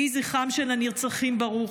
יהי זכרם של הנרצחים ברוך,